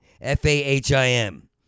F-A-H-I-M